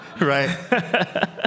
Right